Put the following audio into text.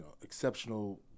exceptional